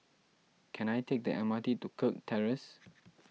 can I take the M R T to Kirk Terrace